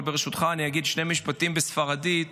אבל ברשותך אגיד שני משפטים בספרדית